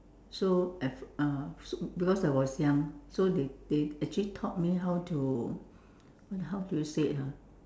so at f~ uh so because I was young so they they actually taught me how to how do you say it ah